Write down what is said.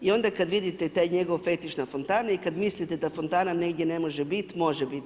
I onda kada vidite taj njegov fetiš na fontane i kada mislite da fontana negdje ne može biti, može biti.